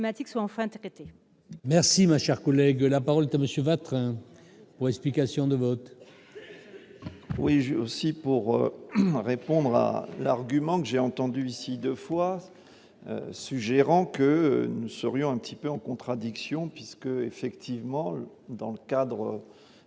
Merci, ma chère collègue de la parole de monsieur Vatrin, explications de vote. Oui, j'ai aussi pour répondre à l'argument que j'ai entendu ici 2 fois, suggérant que nous serions un petit peu en contradiction puisque, effectivement, dans le cadre des débats